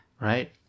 Right